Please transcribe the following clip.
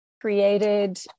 created